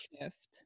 shift